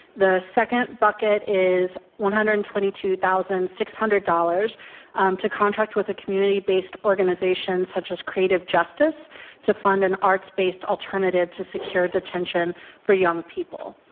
the second bucket, is one hundred and twenty two thousand six hundred dollars to contract with a community based organization such as creative justice to fund an arts-based alternative to secure detention for young people.